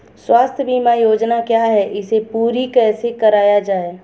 स्वास्थ्य बीमा योजना क्या है इसे पूरी कैसे कराया जाए?